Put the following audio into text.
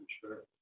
sure